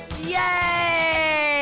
yay